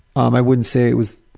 um i would say it was